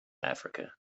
africa